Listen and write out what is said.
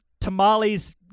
tamales